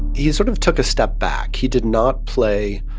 he he sort of took a step back. he did not play